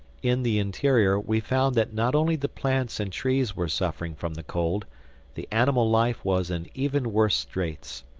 in the interior we found that not only the plants and trees were suffering from the cold the animal life was in even worse straits.